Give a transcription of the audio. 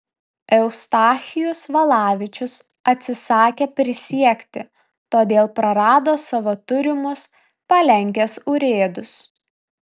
eustachijus valavičius atsisakė prisiekti todėl prarado savo turimus palenkės urėdus